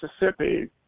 Mississippi